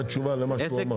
לא, זה תשובה למה שהוא אמר.